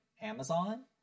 Amazon